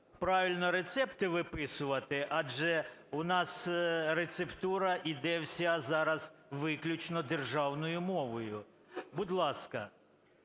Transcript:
правильно рецепти виписувати. Адже у нас рецептура йде вся зараз виключно державною мовою. Будь ласка.